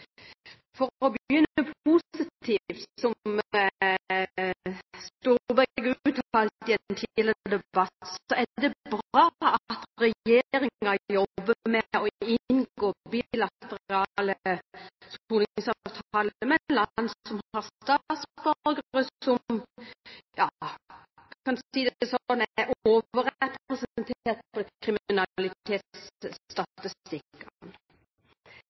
For å begynne positivt, som Storberget uttalte i en tidligere debatt, er det bra at regjeringen jobber med å inngå bilaterale soningsavtaler med land som har statsborgere som er overrepresentert